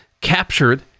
captured